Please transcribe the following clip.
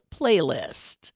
playlist